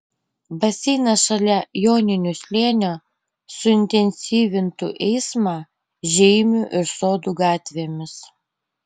baseinas šalia joninių slėnio suintensyvintų eismą žeimių ir sodų gatvėmis